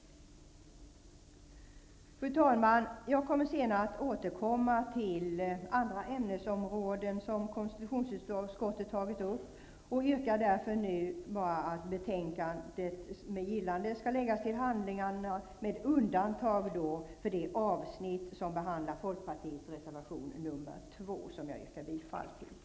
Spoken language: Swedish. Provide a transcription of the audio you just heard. Fru talman! Jag skall senare återkomma till andra ämnesområden som konstitutionsutskottet tagit upp, och yrkar därför nu bara att betänkandet med gillande skall läggas till handlingarna, med undantag för det avsnitt som behandlar folkpartiets reservation nr 2, som jag yrkar bifall till.